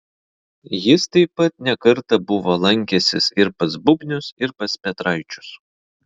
jis taip pat ne kartą buvo lankęsis ir pas bubnius ir pas petraičius